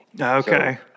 Okay